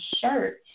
shirt